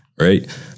right